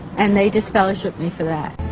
and they disfellowshipped me for that.